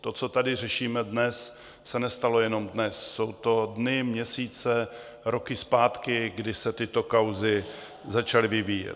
To, co tady řešíme dnes, se nestalo jenom dnes, jsou to dny, měsíce, roky zpátky, kdy se tyto kauzy začaly vyvíjet.